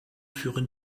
führen